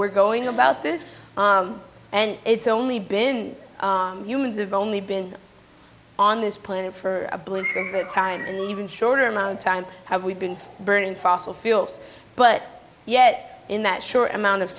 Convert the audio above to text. we're going about this and it's only been humans have only been on this planet for a blip that time and even shorter amount time have we been burning fossil fuels but yet in that short amount of